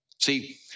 See